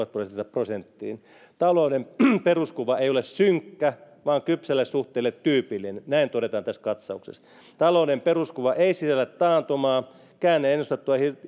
prosenttiin talouden peruskuva ei ole synkkä vaan kypsälle suhdanteelle tyypillinen näin todetaan tässä katsauksessa talouden peruskuva ei sisällä taantumaa käänne ennustettua